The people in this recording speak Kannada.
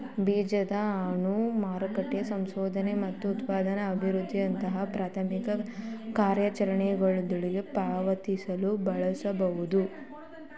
ಬೀಜದ ಹಣವನ್ನ ಮಾರುಕಟ್ಟೆ ಸಂಶೋಧನೆ ಮತ್ತು ಉತ್ಪನ್ನ ಅಭಿವೃದ್ಧಿಯಂತಹ ಪ್ರಾಥಮಿಕ ಕಾರ್ಯಾಚರಣೆಗಳ್ಗೆ ಪಾವತಿಸಲು ಬಳಸಬಹುದು